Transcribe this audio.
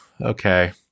Okay